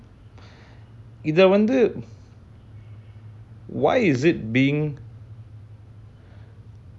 இதவந்து:idha vandhu why is it being